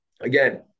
again